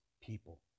people